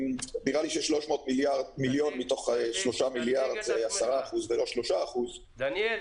נראה לי ש-300 מיליון מתוך 3 מיליארד זה 10% ולא 3%. דניאל,